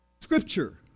scripture